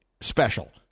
special